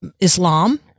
Islam